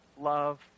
love